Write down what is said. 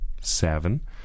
Seven